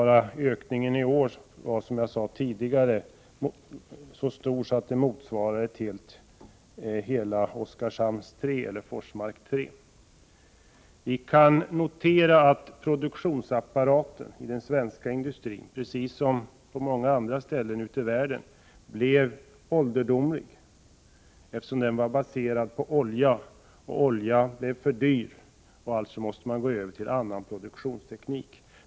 Som jag sade tidigare är ökningen bara i år så stor att den motsvarar hela Oskarshamn 3 eller Forsmark 3. Vi kan notera att produktionsapparaten i den svenska industrin precis som på många andra ställen ute i världen blev ålderdomlig, eftersom den var baserad på olja och oljan blev för dyr. Alltså måste man gå över till annan produktionsteknik.